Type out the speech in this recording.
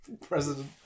president